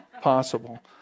possible